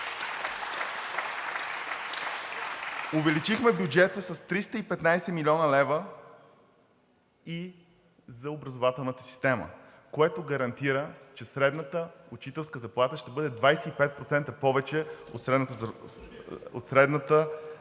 Увеличихме бюджета с 315 млн. лв. и за образователната система, което гарантира, че средната учителска заплата ще бъде 25% повече от средната